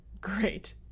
great